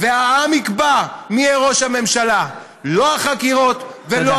והעם יקבע מי יהיה ראש הממשלה, לא החקירות, תודה.